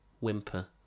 whimper